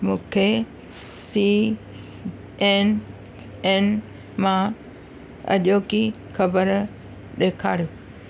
मूंखे C N N मां अॼोकी ख़बर ॾेखारियो